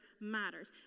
matters